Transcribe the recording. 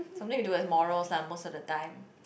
something to do with moral lah most of the time